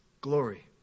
glory